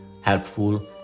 helpful